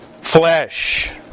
flesh